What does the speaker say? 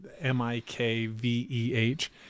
M-I-K-V-E-H